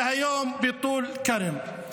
והיום בטול כרם.